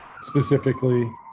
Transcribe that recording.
specifically